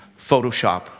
Photoshop